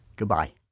goodbye